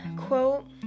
quote